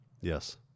Yes